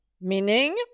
Meaning